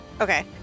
Okay